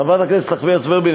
חברת הכנסת נחמיאס ורבין,